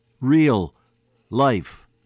real-life